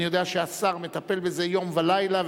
אני יודע שהשר מטפל בזה יום ולילה,